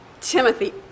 Timothy